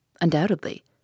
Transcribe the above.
Undoubtedly